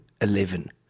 eleven